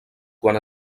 quan